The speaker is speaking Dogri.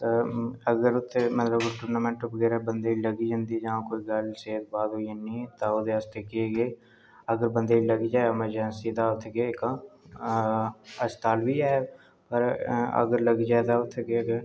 ते अगर उत्थै टूर्नामैंट च बंदे गी कुसै गी लग्गी जंदी ते ओह्दै आस्तै केह् केह् अगर बंदे गी लग्गी जाए ऐमरजैंसी तां उत्थै अस्पताल बी ऐ